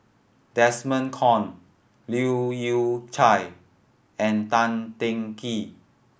Desmond Kon Leu Yew Chye and Tan Teng Kee